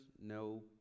no